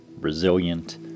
resilient